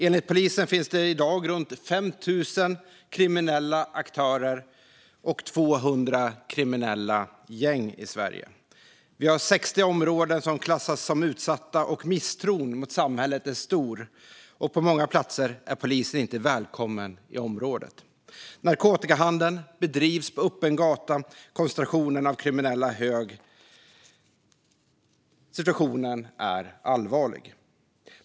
Enligt polisen finns det i dag runt 5 000 kriminella aktörer och 200 kriminella gäng i Sverige. Vi har 60 områden som klassas som utsatta. Misstron mot samhället är stor, och på många platser är polisen inte välkommen i området. Narkotikahandel bedrivs på öppen gata. Koncentrationen av kriminella är hög. Situationen är allvarlig.